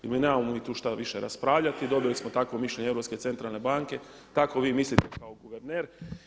I nemao mi tu šta više raspravljati, dobili smo takvo mišljenje Europske centralne banke, tako vi mislite kao guverner.